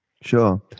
Sure